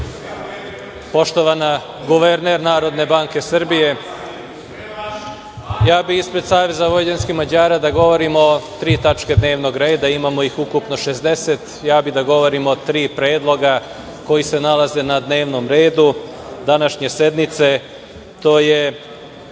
poštovana guvernerko Narodne banke Srbije, ja bih ispred SVM da govorim o tri tačke dnevnog reda. Imamo ih ukupno 60.Ja bih da govorim o tri predloga koji se nalaze na dnevnom redu današnje sednice. To je